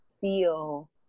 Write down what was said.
feel